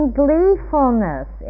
gleefulness